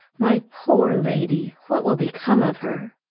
my poor lady, what will become of her?